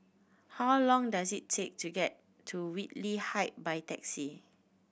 how long does it take to get to Whitley Height by taxi